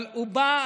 אבל הוא בא.